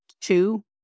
Two